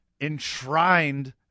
enshrined